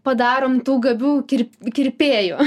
padarom tų gabių kir kirpėjų